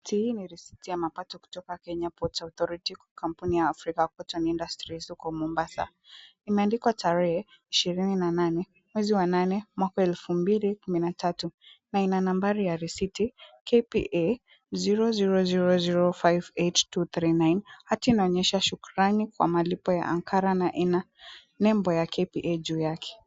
Hii ni risiti ya mapato kutoka Kenya Ports Authority kwa kampuni ya Afrika Cotton Industries huko Mombasa. Imeandikwa tarehe 28/08/2013, na ina nambari ya risiti KPA zero, zero, zero, zero, five, two, eight, two, three, nine , hatinaonyesha shukrani kwa malipo ya ankara na ina nembo ya KPA juu yake. ishirini na nane, mwezi wa nane, mwaka wa elfu mbili kumi na tatu